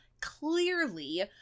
clearly